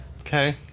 Okay